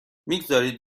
میگذارید